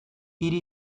hiri